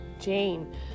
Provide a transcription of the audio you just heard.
Jane